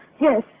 yes